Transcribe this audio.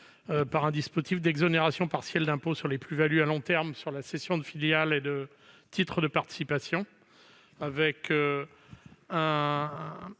par un dispositif d'exonération partielle d'impôt sur les plus-values à long terme sur la cession de filiales et de titres de participation, un